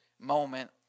moment